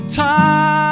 time